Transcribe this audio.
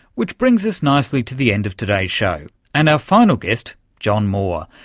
which brings us nicely to the end of today's show and our final guest john moore,